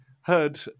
Heard